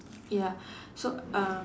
ya so uh